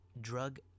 drug